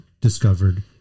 discovered